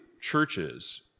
churches